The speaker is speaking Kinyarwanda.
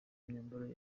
myambaro